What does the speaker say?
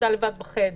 לבד בחדר.